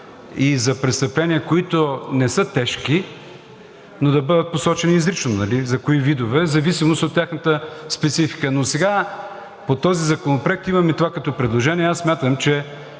и за престъпления, които не са тежки, но да бъдат посочени изрично и за кои видове, в зависимост от тяхната специфика. Но сега по този законопроект имаме това като предложение и аз смятам, че